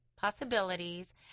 possibilities